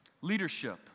leadership